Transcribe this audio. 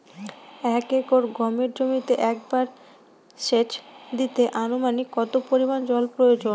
এক একর গমের জমিতে একবার শেচ দিতে অনুমানিক কত পরিমান জল প্রয়োজন?